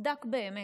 מוצדק באמת,